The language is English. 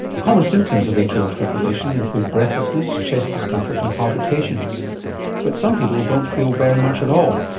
common symptoms of atrial fibrillation include breathlessness, chest discomfort and palpitations but some people don't feel very much at all.